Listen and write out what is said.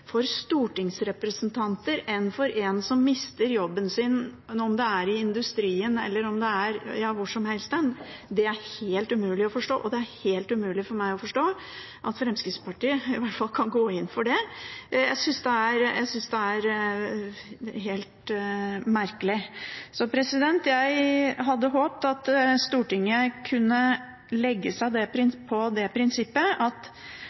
for stortingsrepresentanter enn for en som mister jobben sin, om det er i industrien eller om det er ja, hvor som helst, er helt umulig å forstå. Det er helt umulig for meg å forstå at Fremskrittspartiet i hvert fall kan gå inn for det. Jeg synes det er helt merkelig. Så jeg hadde håpet at Stortinget kunne legge seg på det prinsippet at